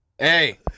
Hey